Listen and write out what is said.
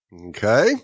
Okay